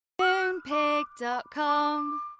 Moonpig.com